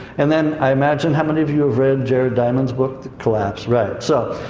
and then, i imagine, how many of you have read jared diamond's book, the collapse? right. so.